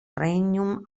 regnum